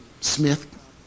Smith